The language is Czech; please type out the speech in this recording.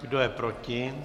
Kdo je proti?